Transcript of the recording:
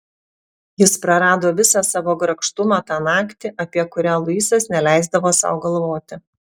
jis prarado visą savo grakštumą tą naktį apie kurią luisas neleisdavo sau galvoti